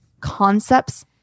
concepts